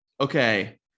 okay